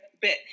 bit